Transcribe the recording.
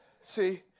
See